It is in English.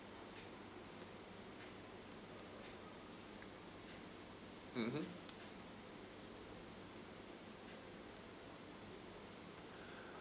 mmhmm